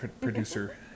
producer